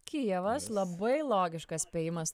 kijevas labai logiškas spėjimas